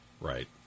Right